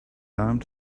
armed